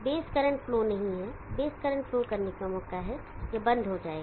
base current flow नहीं है base current flow करने का मौका है यह बंद हो जाएगा